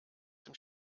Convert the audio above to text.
dem